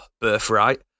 birthright